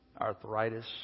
arthritis